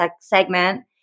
segment